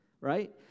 right